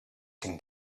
can